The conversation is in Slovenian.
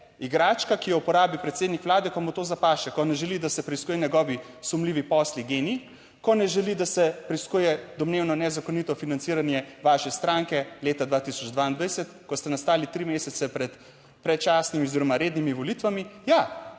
igračka, ki jo uporabi predsednik vlade, ko mu to zapaše, ko ne želi, da se preiskuje njegovi sumljivi posli / nerazumljivo/, ko ne želi, da se preiskuje domnevno nezakonito financiranje vaše stranke leta 2022, ko ste nastali, tri mesece pred predčasnimi oziroma rednimi volitvami. Ja,